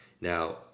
Now